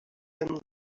them